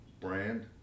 brand